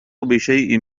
بشيء